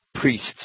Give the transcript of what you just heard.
priests